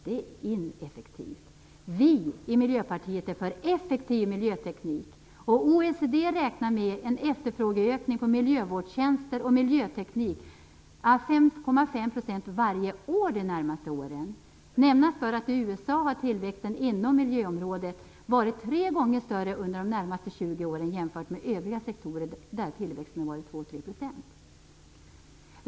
Det är ineffektivt. Vi i Miljöpartiet är för en effektiv miljöteknik. OECD räknar med en efterfrågeökning på miljövårdstjänster och miljöteknik på 5,5 % varje år de närmaste åren. Nämnas bör att i USA har tillväxten inom miljöområdet varit tre gånger större under de senaste 20 åren jämfört med övriga sektorer där tillväxten har varit 2-3 %.